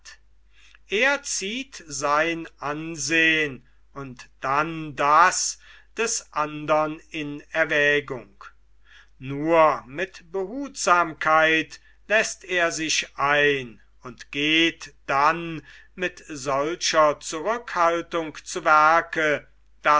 er zieht sein ansehn und dann das des andern in erwägung nur mit behutsamkeit läßt er sich ein und geht dann mit solcher zurückhaltung zu werke